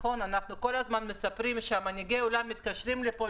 אנחנו כל הזמן מספרים שמנהיגי העולם מתקשרים לפה